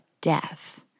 death